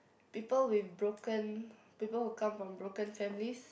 people with broken people who come from broken families